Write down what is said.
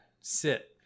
Sit